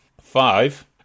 five